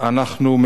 אנחנו מביעים